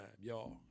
y'all